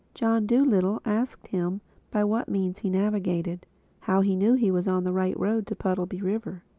john dolittle asked him by what means he navigated how he knew he was on the right road to puddleby river.